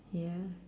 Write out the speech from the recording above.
you know